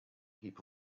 heap